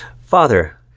father